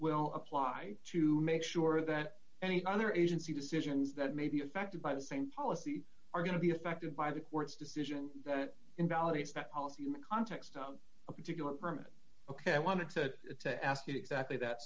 will apply to make sure that any other agency decisions that may be affected by the same policy are going to be affected by the court's decision that it invalidates that policy in the context of a particular permit ok i wanted to ask exactly that